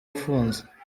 ufunze